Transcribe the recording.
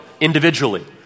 individually